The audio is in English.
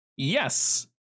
Yes